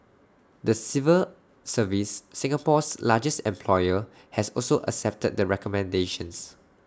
the civil service Singapore's largest employer has also accepted the recommendations